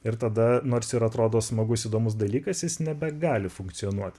ir tada nors ir atrodo smagus įdomus dalykas jis nebegali funkcionuot